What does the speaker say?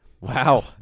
Wow